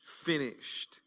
finished